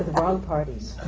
wrong parties.